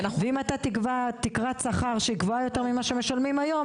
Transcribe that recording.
ואם אתה תקבע תקרת שכר שגבוהה יותר ממה שמשלמים היום,